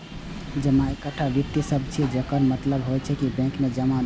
जमा एकटा वित्तीय शब्द छियै, जकर मतलब होइ छै बैंक मे जमा धन